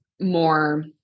more